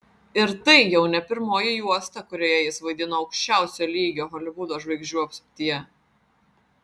ir tai jau ne pirmoji juosta kurioje jis vaidino aukščiausio lygio holivudo žvaigždžių apsuptyje